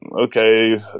Okay